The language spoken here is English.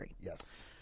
yes